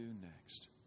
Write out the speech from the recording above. next